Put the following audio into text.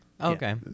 Okay